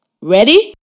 Ready